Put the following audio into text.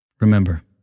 Remember